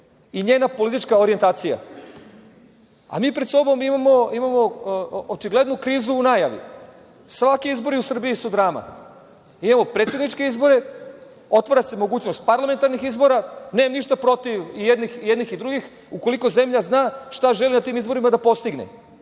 i njena politička orjentacija. Mi pred sobom imamo očiglednu krizu u najavi. Svaki izbori u Srbiji su drama. Imamo predsedničke izbore. Otvara se mogućnost parlamentarnih izbora. Nemam ništa protiv i jednih i drugih ukoliko zemlja zna šta želi na tim izborima da postigne.